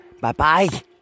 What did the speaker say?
Bye-bye